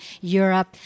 Europe